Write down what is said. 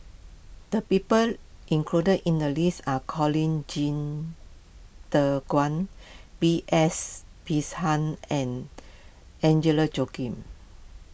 the people included in the list are Colin Qi Zhe Quan B S and Agnes Joaquim